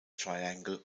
triangle